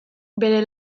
bere